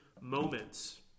moments